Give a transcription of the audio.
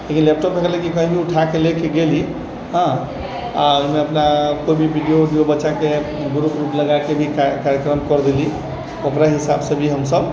लेकिन लैपटॉप भेल की कहीँ उठाके लेके गेली हँ आओर ओहिमे अपना कोइ भी वीडिओ उडिओ बच्चाके ग्रुप उरुप लगाके भी हँ कार्यक्रम करि देली ओकरा हिसाबसँ भी हमसब